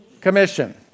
commission